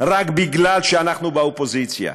רק בגלל שאנחנו באופוזיציה,